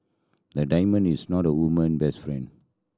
a diamond is not a woman best friend